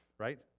Right